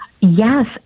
Yes